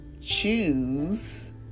choose